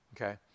okay